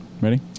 Ready